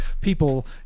people